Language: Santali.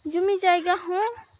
ᱡᱩᱢᱤᱼᱡᱟᱭᱜᱟᱦᱚᱸ